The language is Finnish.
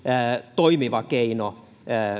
toimiva keino